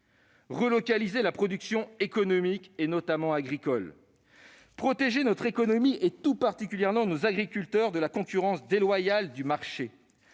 relocaliser la production économique, notamment agricole ; protéger notre économie, tout particulièrement nos agriculteurs, de la concurrence déloyale du marché